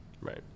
Right